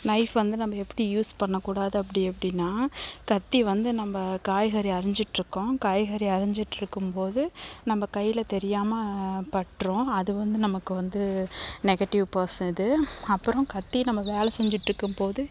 knife வந்து நம்ம எப்படி யூஸ் பண்ணக்கூடாது அப்படி எப்படின்னா கத்தி வந்து நம்ம காய்கறி அரிஞ்சிட்டிருக்கோம் காய்கறி அரிஞ்சிட்டிருக்கும்போது நம்ம கையில் தெரியாமல் பட்டுரும் அது வந்து நமக்கு வந்து நெகடிவ் பர்ஸ் அது அப்புறம் கத்தி நம்ம வேலை செஞ்சிட்டிருக்கும்போது